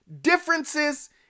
differences